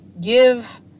give